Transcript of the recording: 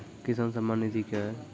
किसान सम्मान निधि क्या हैं?